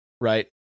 Right